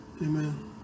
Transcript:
amen